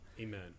Amen